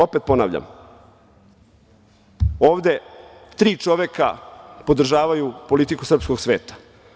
Opet ponavljam, ovde tri čoveka podržavaju politiku srpskog sveta.